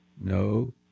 no